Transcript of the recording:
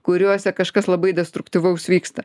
kuriuose kažkas labai destruktyvaus vyksta